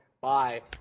Bye